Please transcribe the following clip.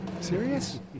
Serious